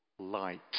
light